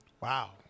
Wow